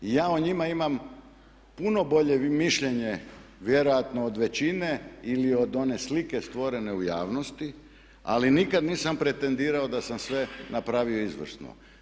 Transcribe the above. Ja o njima imam puno bolje mišljenje vjerojatno od većine ili od one slike stvorene u javnosti, ali nikad nisam pretendirao da sam sve napravio izvrsno.